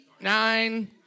nine